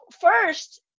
first